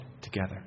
together